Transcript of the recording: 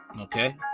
Okay